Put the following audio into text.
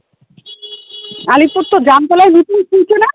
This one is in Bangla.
আলিপুর তো জামতলায় নতুন খুলছে না